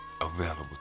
Available